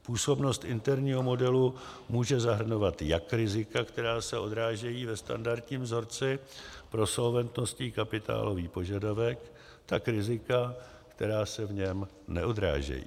Působnost interního modelu může zahrnovat jak rizika, která se odrážejí ve standardním vzorci pro solventnostní kapitálový požadavek, tak rizika, která se v něm neodrážejí.